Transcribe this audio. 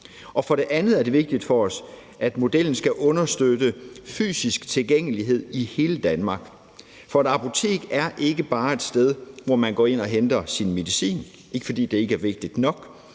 For det andet er det vigtigt for os, at modellen skal understøtte fysisk tilgængelighed i hele Danmark. For et apotek er ikke bare et sted, hvor man går ind og henter sin medicin – det er vigtigt nok